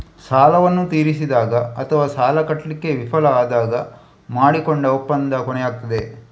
ಸಾಲವನ್ನ ತೀರಿಸಿದಾಗ ಅಥವಾ ಸಾಲ ಕಟ್ಲಿಕ್ಕೆ ವಿಫಲ ಆದಾಗ ಮಾಡಿಕೊಂಡ ಒಪ್ಪಂದ ಕೊನೆಯಾಗ್ತದೆ